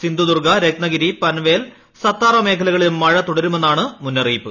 സിന്ധു ദുർഗ രത്നഗിരി പനവേൽ സത്താറ മേഖലകളിലും മഴ തുടരുമെന്നാണ് മുന്നറിയിപ്പ്